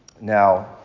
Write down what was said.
Now